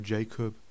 Jacob